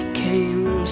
came